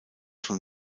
von